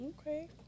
Okay